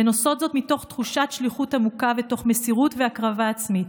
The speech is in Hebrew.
הן עושות זאת מתוך תחושת שליחות עמוקה ותוך מסירות והקרבה עצמית.